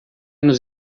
nos